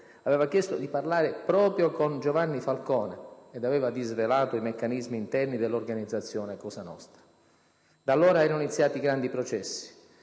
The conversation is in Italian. aveva chiesto di parlare proprio con Giovanni Falcone ed aveva disvelato i meccanismi interni dell'organizzazione Cosa nostra. Da allora erano iniziati i grandi processi: